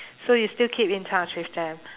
so you still keep in touch with them